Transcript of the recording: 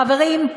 חברים,